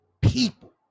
people